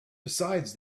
besides